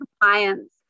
compliance